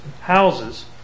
houses